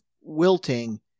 wilting